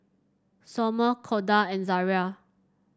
Sommer Corda and Zariah